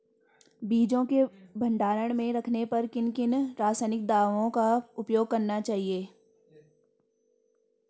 बीजों को भंडारण में रखने पर किन किन रासायनिक दावों का उपयोग करना चाहिए?